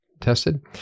tested